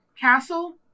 castle